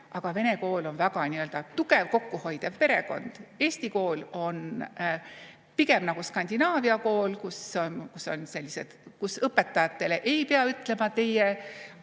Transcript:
aga vene kool on nii-öelda väga tugev kokkuhoidev perekond. Eesti kool on pigem nagu Skandinaavia kool, kus õpetajatele ei pea ütlema "teie",